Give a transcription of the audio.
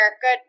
Good